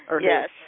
Yes